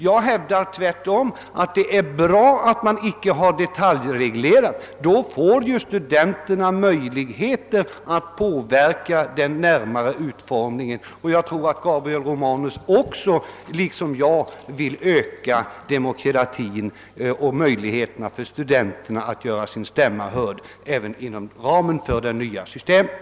Jag hävdar att det tvärtom är bra att allt inte är detaljreglerat. Då får studenterna möjligheter att påverka den närmare utformningen. Herr Romanus vill säkerligen liksom jag öka demokratin och möjligheterna för studenterna att göra sin stämma hörd även inom ramen för det nya systemet.